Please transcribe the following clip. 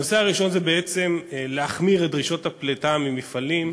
הנושא הראשון זה החמרת דרישות הפליטה ממפעלים,